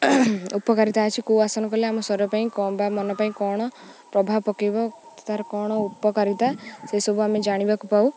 ଉପକାରିତା ଅଛି କେଉଁ ଆସନ କଲେ ଆମ ସର ପାଇଁ କ ବା ମନ ପାଇଁ କ'ଣ ପ୍ରଭାବ ପକେଇବ ତାର କ'ଣ ଉପକାରିତା ସେସବୁ ଆମେ ଜାଣିବାକୁ ପାଉ